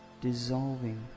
dissolving